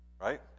Right